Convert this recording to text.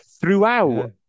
throughout